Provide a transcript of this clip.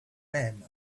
men